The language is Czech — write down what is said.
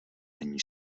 není